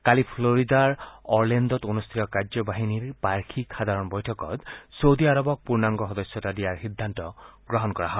কালি ফ্লৰিডাৰ অৰলেন্দোত অনুষ্ঠিত কাৰ্যবাহিনীৰ বাৰ্যিকী সাধাৰণ বৈঠকত ছৌদি আৰবক পূৰ্ণাংগ সদস্যতা দিয়াৰ সিদ্ধান্ত গ্ৰহণ কৰা হয়